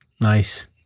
Nice